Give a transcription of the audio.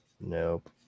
Nope